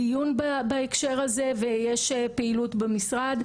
סעיף 8.ב, הפסקת השימוש באמצעים טכנולוגיים,